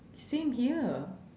same here